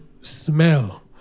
smell